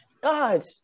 God